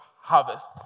harvest